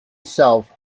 self